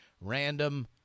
random